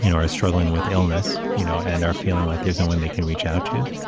you know are struggling with illness, you know, and are feeling like there's no one they can reach out to.